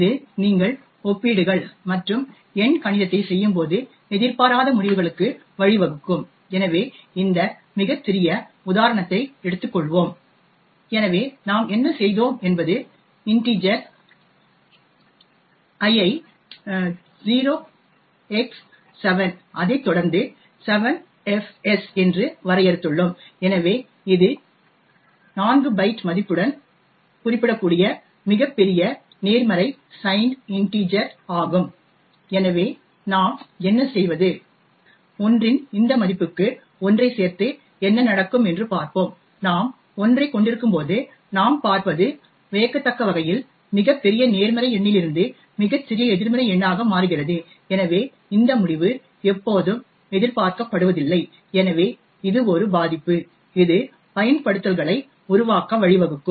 இது நீங்கள் ஒப்பீடுகள் மற்றும் எண்கணிதத்தைச் செய்யும்போது எதிர்பாராத முடிவுகளுக்கு வழிவகுக்கும் எனவே இந்த மிகச் சிறிய உதாரணத்தை எடுத்துக்கொள்வோம் எனவே நாம் என்ன செய்தோம் என்பது இன்டிஜர் i ஐ 0 x 7 அதைத் தொடர்ந்து 7 fs என்று வரையறுத்துள்ளோம் எனவே இது 4 பைட் இன்டிஜர் மதிப்புடன் குறிப்பிடப்படக்கூடிய மிகப்பெரிய நேர்மறை சைன்ட் இன்டிஜர் ஆகும் எனவே நாம் என்ன செய்வது l இன் இந்த மதிப்புக்கு 1 ஐ சேர்த்து என்ன நடக்கும் என்று பார்ப்போம் நாம் 1 ஐக் கொண்டிருக்கும்போது நாம் பார்ப்பது வியக்கத்தக்க வகையில் மிகப் பெரிய நேர்மறை எண்ணிலிருந்து மிகச்சிறிய எதிர்மறை எண்ணாக மாறுகிறது எனவே இந்த முடிவு எப்போதும் எதிர்பார்க்கப்படுவதில்லை எனவே இது ஒரு பாதிப்பு இது பயன்படுத்தல்களை உருவாக்க வழிவகுக்கும்